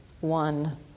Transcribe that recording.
one